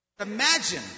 Imagine